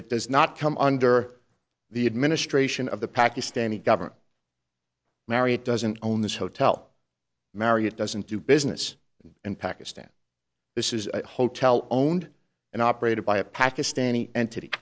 that does not come under the administration of the pakistani government marriott doesn't own this hotel marriott doesn't do business in pakistan this is a hotel owned and operated by a pakistani entity